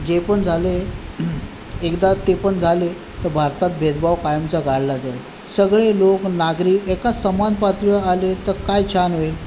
जे पण झाले एकदा ते पण झाले तर भारतात भेदभाव कायमचा गाडला जाईल सगळे लोक नागरिक एकाच समान पातळीवर आले तर काय छान होईल